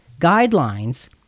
guidelines